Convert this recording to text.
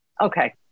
okay